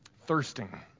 thirsting